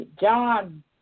John